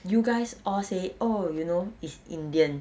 you guys all say oh you know it's indian